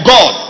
God